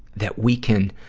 that we can,